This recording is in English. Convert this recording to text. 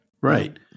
Right